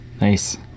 Nice